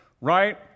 right